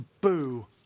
Boo